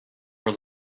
were